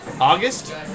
August